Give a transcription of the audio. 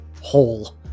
hole